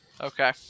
Okay